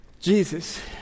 Jesus